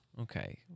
Okay